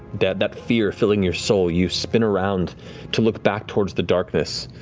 that that fear filling your soul, you spin around to look back towards the darkness,